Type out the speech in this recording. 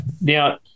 Now